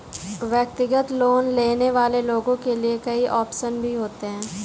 व्यक्तिगत लोन लेने वाले लोगों के लिये कई आप्शन भी होते हैं